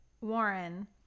Warren